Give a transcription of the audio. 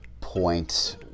point